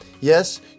Yes